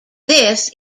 this